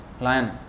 Lion